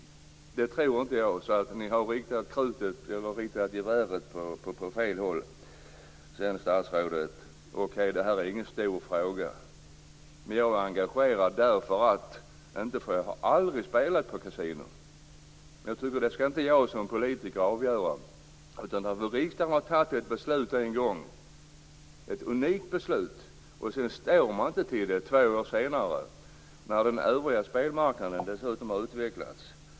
Det tror inte jag, så ni har riktat geväret åt fel håll. Okej, statsrådet, det här är ingen stor fråga. Men jag är engagerad. Jag har aldrig spelat på kasino, men jag tycker inte att jag som politiker skall avgöra i denna fråga. Riksdagen har fattat ett beslut en gång, ett unikt beslut, men två år senare står den inte för det, när den övriga spelmarknaden dessutom utvecklats.